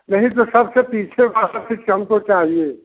नहीं तो सबसे पीछे वाला फिर से हमको चाहिए